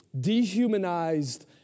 dehumanized